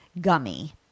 gummy